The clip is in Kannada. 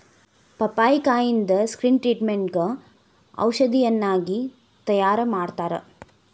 ಪಪ್ಪಾಯಿಕಾಯಿಂದ ಸ್ಕಿನ್ ಟ್ರಿಟ್ಮೇಟ್ಗ ಔಷಧಿಯನ್ನಾಗಿ ತಯಾರಮಾಡತ್ತಾರ